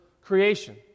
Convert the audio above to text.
creation